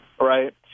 right